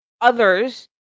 others